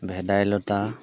ভেদাইলতা